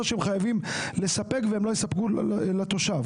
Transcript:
שהם חייבים לספק והם לא יספקו לתושב.